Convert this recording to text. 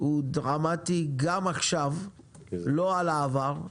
הוא דרמטי גם עכשיו, לא על העבר,